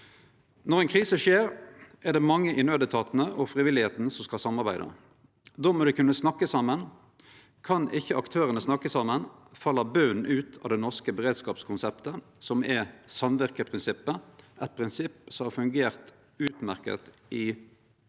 Når ei krise skjer, er det mange i nødetatane og blant dei frivillige som skal samarbeide. Då må dei kunne snakke saman. Kan ikkje aktørane snakke saman, fell botnen ut av det norske beredskapskonseptet, som er samvirkeprinsippet, eit prinsipp som har fungert utmerkt i 50–60